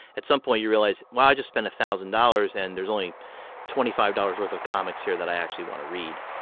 at some point, you realize, wow, i just spent one thousand dollars and there's only twenty five dollars worth of comics here that i actually want to read.